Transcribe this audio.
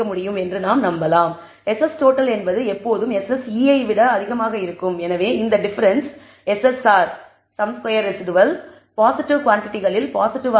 எனவே SS total என்பது எப்போதும் SSE ஐ விட அதிகமாக இருக்கும் எனவே இந்த டிஃபரன்ஸ் SSRம் பாசிட்டிவ் குவாண்டிடிகலில் பாசிட்டிவ் ஆக இருக்கும்